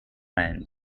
end